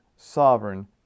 Sovereign